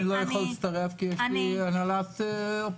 אני לא יכול להצטרף כי יש לי הנהלת אופוזיציה.